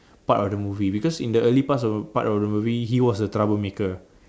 part of the movie because in the early parts part of the movie he was the troublemaker